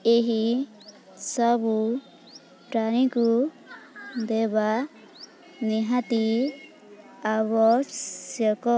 ଏହି ସବୁ ପ୍ରାଣୀକୁ ଦେବା ନିହାତି ଆବଶ୍ୟକ